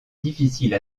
difficile